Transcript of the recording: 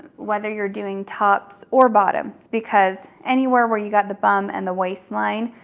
whether you're doing tops or bottoms, because anywhere where you got the bum and the waistline,